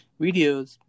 videos